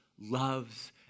loves